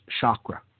chakra